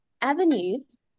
avenues